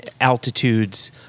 altitudes